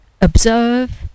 observe